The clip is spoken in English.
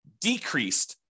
decreased